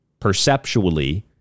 Perceptually